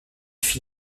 fit